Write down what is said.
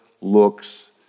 looks